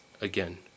again